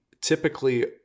typically